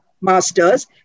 master's